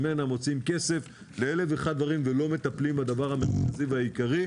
שממנה מוציאים כסף ל-1,001 דברים ולא מטפלים בדבר המרכזי והעיקרי,